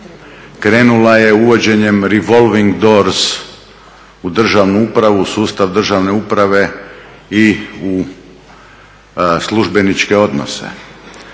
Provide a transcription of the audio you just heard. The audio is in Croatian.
krenula je uvođenjem revolving doors u državnu upravu u sustav državne uprave i u službeničke odnose.